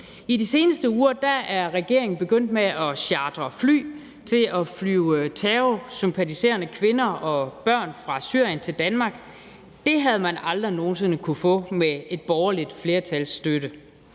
I de seneste uger er regeringen begyndt med at chartre fly til at flyve terrorsympatiserende kvinder og børn fra Syrien til Danmark; det havde man aldrig nogen sinde kunnet gøre med et borgerligt flertals støtte.